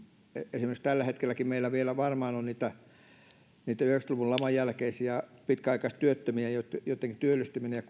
esimerkiksi tällä hetkelläkin meillä vielä varmaan on niitä yhdeksänkymmentä luvun laman jälkeisiä pitkäaikaistyöttömiä joitten joitten työllistäminen ja